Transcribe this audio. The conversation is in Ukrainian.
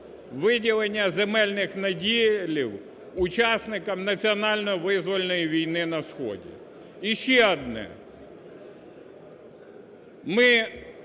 виділення земельних наділів учасникам національно-визвольної війни на сході. І ще одне. Ми,